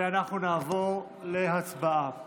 נעבור להצבעה.